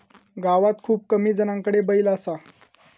गावात खूप कमी जणांकडे बैल असा